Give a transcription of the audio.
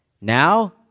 now